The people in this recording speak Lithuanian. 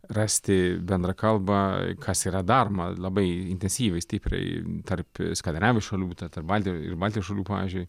rasti bendrą kalbą kas yra daroma labai intensyviai stipriai tarp skandinavijos šalių tarp baltijos ir baltijos šalių pavyzdžiui